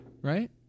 Right